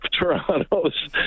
Toronto's